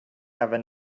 även